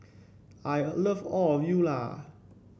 I love all of you lah